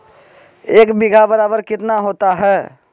एक बीघा बराबर कितना होता है?